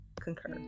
concur